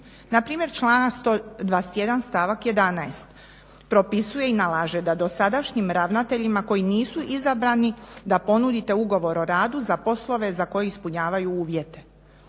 Npr. članak 121. stavak 11. propisuje i nalaže da dosadašnjim ravnateljima koji nisu izabrani da ponudite ugovor o radu za poslove za koje ispunjavaju uvjete.